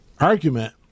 argument